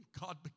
God